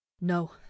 No